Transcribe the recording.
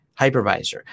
hypervisor